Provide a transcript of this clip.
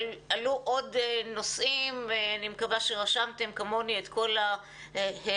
עלו עוד נושאים ואני מקווה שרשמתם כמוני את כל ההערות,